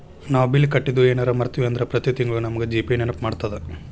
ನಾವು ಬಿಲ್ ಕಟ್ಟಿದ್ದು ಯೆನರ ಮರ್ತ್ವಿ ಅಂದ್ರ ಪ್ರತಿ ತಿಂಗ್ಳು ನಮಗ ಜಿ.ಪೇ ನೆನ್ಪ್ಮಾಡ್ತದ